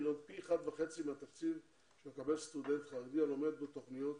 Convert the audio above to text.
היא פי 1.5 מהתקציב שמקבל סטודנט חרדי הלומד בתוכניות